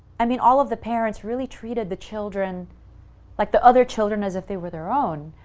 i mean all of the parents really treated the children like the other children as if they were their own,